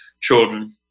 children